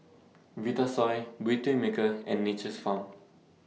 Vitasoy Beautymaker and Nature's Farm